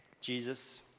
Jesus